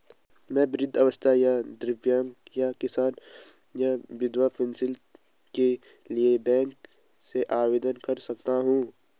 मैं वृद्धावस्था या दिव्यांग या किसान या विधवा पेंशन के लिए बैंक से आवेदन कर सकता हूँ?